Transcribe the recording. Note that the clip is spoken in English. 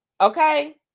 Okay